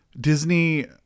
Disney